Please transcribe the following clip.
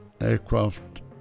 aircraft